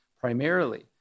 primarily